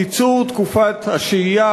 קיצור תקופת השהייה,